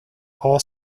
all